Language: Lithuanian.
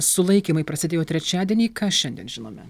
sulaikymai prasidėjo trečiadienį ką šiandien žinome